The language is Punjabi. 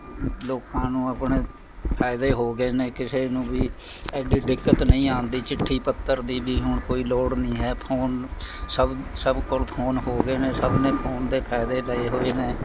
ਲੋਕਾਂ ਨੂੰ ਆਪਣੇ ਫਾਇਦੇ ਹੋ ਗਏ ਨੇ ਕਿਸੇ ਨੂੰ ਵੀ ਐਡੀ ਦਿੱਕਤ ਨਹੀਂ ਆਉਂਦੀ ਚਿੱਠੀ ਪੱਤਰ ਦੀ ਵੀ ਹੁਣ ਕੋਈ ਲੋੜ ਨਹੀਂ ਹੈ ਫ਼ੋਨ ਸਭ ਸਭ ਕੋਲ ਫ਼ੋਨ ਹੋ ਗਏ ਨੇ ਸਭ ਨੇ ਫ਼ੋਨ ਦੇ ਫਾਇਦੇ ਲਏ ਹੋਏ ਨੇ